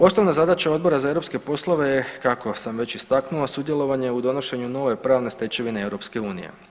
Osnovna zadaća Odbora za europske poslove je kako sam već istaknuo sudjelovanje u donošenju nove pravne stečevine EU.